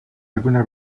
alguna